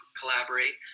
collaborate